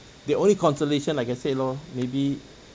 the only consolation like I said lor maybe